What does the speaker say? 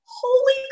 holy